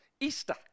Easter